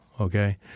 okay